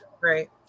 right